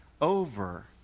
over